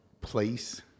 place